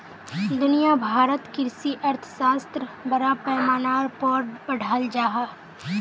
दुनिया भारोत कृषि अर्थशाश्त्र बड़ा पैमानार पोर पढ़ाल जहा